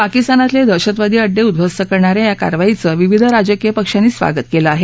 पाकिस्तानातले दहशतवादी अड्डे उद्ध्वस्त करणा या या कारवाईचं विविध राजकीय पक्षांनी स्वागत केलं आहे